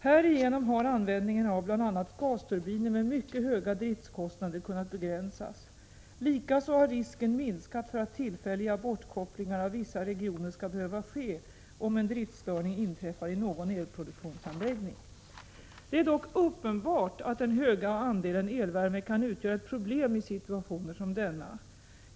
Härigenom har användningen av bl.a. gasturbiner med mycket höga driftskostnader kunnat begränsas. Likaså har risken minskat för att tillfälliga bortkopplingar av vissa regioner skall behöva ske om en driftstörning inträffar i någon elproduktionsanläggning. Det är dock uppenbart att den höga andelen elvärme kan utgöra ett problem i situationer som denna.